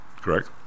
correct